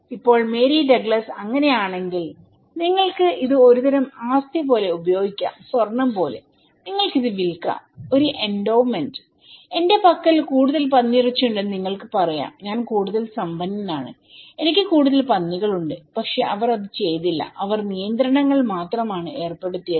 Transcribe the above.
ഇപ്പോൾ മേരി ഡഗ്ലസ്വാദിക്കുന്നു അങ്ങനെയാണെങ്കിൽ നിങ്ങൾക്ക് ഇത് ഒരുതരം ആസ്തി പോലെ ഉപയോഗിക്കാംസ്വർണ്ണം പോലെ നിങ്ങൾക്ക് ഇത് വിൽക്കാം ഒരു എൻഡോവ്മെന്റായി എന്റെ പക്കൽ കൂടുതൽ പന്നിയിറച്ചി ഉണ്ടെന്ന് നിങ്ങൾക്ക് പറയാം ഞാൻ കൂടുതൽ സമ്പന്നനാണ് എനിക്ക് കൂടുതൽ പന്നികളുണ്ട് പക്ഷേ അവർ അത് ചെയ്തില്ല അവർ നിയന്ത്രണങ്ങൾ മാത്രമാണ് ഏർപ്പെടുത്തിയത്